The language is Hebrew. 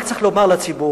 רק צריך לומר לציבור,